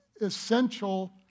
essential